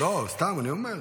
לא, סתם אני אומר.